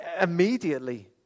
immediately